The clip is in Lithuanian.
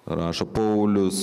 rašo paulius